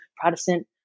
Protestant